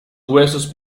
huesos